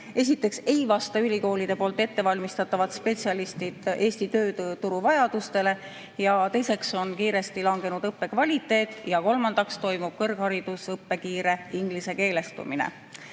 Esiteks ei vasta ülikoolide ettevalmistatavad spetsialistid Eesti tööturu vajadustele, teiseks on kiiresti langenud õppe kvaliteet ja kolmandaks toimub kõrgharidusõppe kiire ingliskeelestumine.